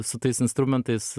su tais instrumentais